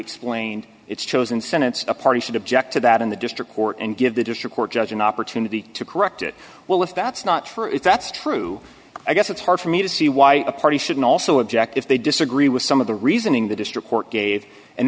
explained its chosen senates a party should object to that in the district court and give the district court judge an opportunity to correct it well if that's not for if that's true i guess it's hard for me to see why a party should also object if they disagree with some of the reasoning the district court gave and